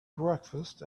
breakfast